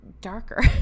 darker